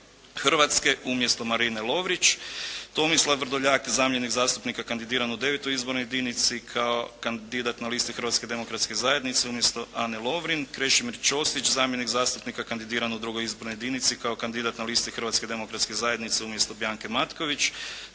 Hrvatske umjesto Marine Lovrić, Tomislav Vrdoljak zamjenik zastupnika u IX. izbornoj jedinici kao kandidat na listi Hrvatske demokratske zajednice umjesto Ane Lovrin, Krešimir Ćosić zamjenik zastupnika kandidiran u II. izbornoj jedinici kao kandidat na listi Hrvatske demokratske zajednice umjesto Bianke Matković,